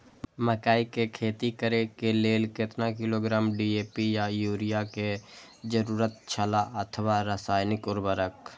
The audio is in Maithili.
मकैय के खेती करे के लेल केतना किलोग्राम डी.ए.पी या युरिया के जरूरत छला अथवा रसायनिक उर्वरक?